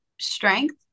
strength